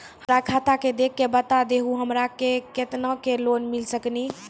हमरा खाता देख के बता देहु हमरा के केतना के लोन मिल सकनी?